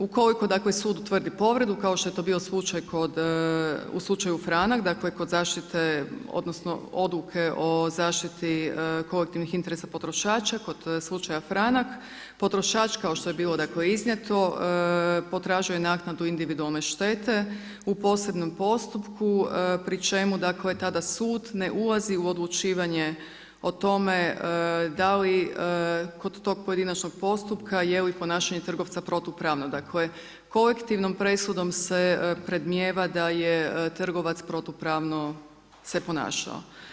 Ukoliko dakle sud utvrdi povredu kao što je to bio slučaj u slučaju „Franak“ kod zaštite odnosno odluke o zaštiti kolektivnih interesa potrošača kod slučaja „Franak“ potrošač kao što je bilo dakle iznijeto potražuje naknadu individualne štete u posebnom postupku pri čemu dakle tada sud ne ulazi u odlučivanje o tome da li kod tog pojedinačnog postupka je li ponašanje trgovca protupravno, dakle kolektivnom presudom se predmnijeva da je trgovac protupravno se ponašao.